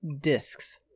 discs